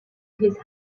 his